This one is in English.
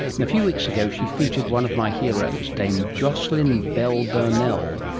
and a few weeks ago she featured one of my heroes, dame jocelyn bell burnell,